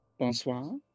Bonsoir